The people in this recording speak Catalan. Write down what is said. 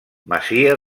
masia